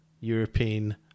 European